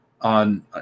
on